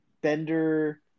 Bender